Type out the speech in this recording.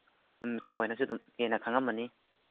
ꯎꯝ ꯏꯇꯥꯎꯍꯣꯏꯅꯁꯨ ꯑꯗꯨꯝ ꯍꯦꯟꯅ ꯈꯪꯉꯝꯃꯅꯤ